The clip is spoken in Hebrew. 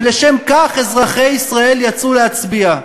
שלשמם אזרחי ישראל יצאו להצביע.